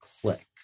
click